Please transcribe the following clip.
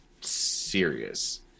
serious